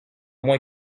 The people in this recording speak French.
moins